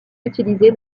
utilisé